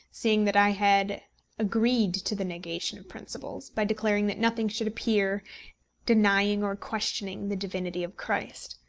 seeing that i had agreed to the negation of principles by declaring that nothing should appear denying or questioning the divinity of christ.